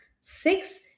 Six